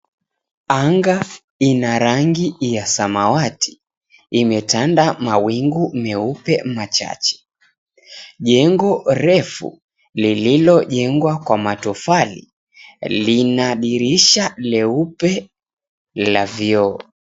Anga ina rangi ya samawati imetanda mawingu meupe machache. Jengo refu lililojengwa kwa matofali lina dirisha leupe la vioo.